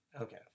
Okay